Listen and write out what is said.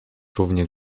równie